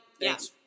yes